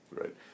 Right